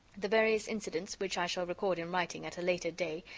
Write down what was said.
the various incidents, which i shall record in writing at a later day,